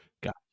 Got